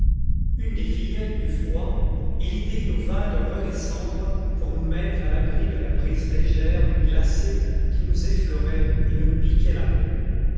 une des fillettes eut froid et l'idée nous vint de redescendre pour nous mettre à l'abri de la brise légère mais glacée qui nous effleurait et nous piquait la peau